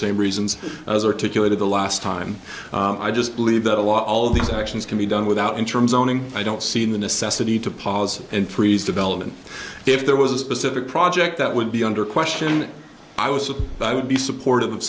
same reasons as articulated the last time i just believe that a lot all of these actions can be done without in terms owning i don't see the necessity to pause and freeze development if there was a specific project that would be under question i was so i would be supportive of